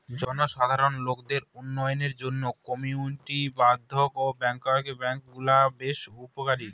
জনসাধারণ লোকদের উন্নয়নের জন্য কমিউনিটি বর্ধন ব্যাঙ্কগুলা বেশ উপকারী